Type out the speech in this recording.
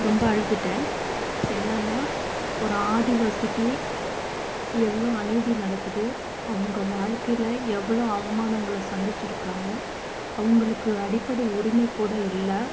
ரொம்ப அழுதுவிட்டேன் என்னன்னா ஒரு ஆதிவாசிக்கு எவ்வளோ அநீதி நடக்குது அவங்க வாழ்க்கையில் எவ்வளோ அவமானங்களை சந்தித்திருக்காங்க அவங்களுக்கு அடிப்படை உரிமை கூட இல்லை